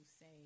say